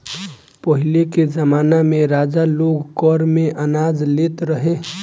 पहिले के जमाना में राजा लोग कर में अनाज लेत रहे